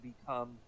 become